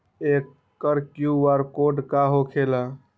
एकर Q R code का होकेला?